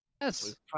Yes